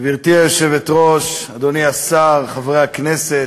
גברתי היושבת-ראש, אדוני השר, חברי הכנסת,